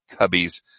Cubbies